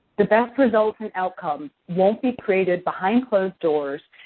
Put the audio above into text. the best results and outcomes won't be created behind closed doors,